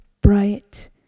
bright